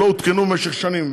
שלא עודכנו במשך שנים,